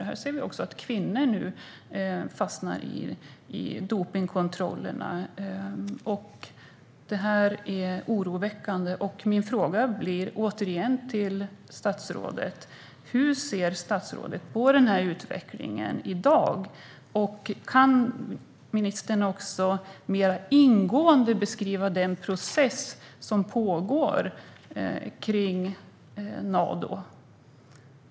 Nu fastnar också kvinnor i dopningskontrollerna. Det är oroväckande. Min fråga till statsrådet blir återigen: Hur ser statsrådet på utvecklingen i dag? Kan han, mer ingående, beskriva den process som pågår när det gäller Nado?